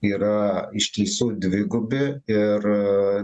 yra iš tiesų dvigubi ir